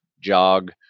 jog